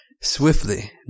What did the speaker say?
Swiftly